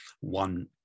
one